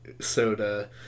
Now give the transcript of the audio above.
soda